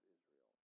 Israel